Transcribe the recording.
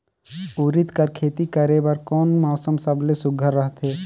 उरीद कर खेती करे बर कोन मौसम सबले सुघ्घर रहथे?